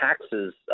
taxes